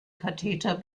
katheter